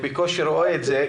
רואה את המספרים.